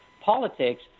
politics